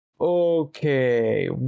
Okay